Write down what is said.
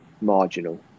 marginal